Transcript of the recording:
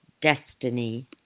destiny